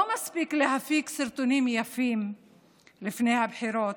לא מספיק להפיק סרטונים יפים לפני הבחירות,